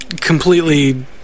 completely